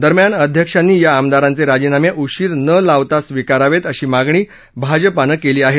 दरम्यान अध्यक्षांनी या आमदारांचे राजीनामे उशीर न लावता स्वीकारावेत अशी मागणी भाजपानं केली आहे